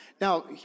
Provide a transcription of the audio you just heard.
Now